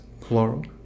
plural